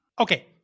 Okay